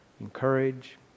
Encourage